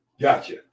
Gotcha